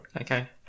Okay